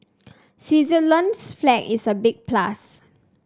Switzerland's flag is a big plus